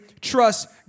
trust